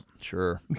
sure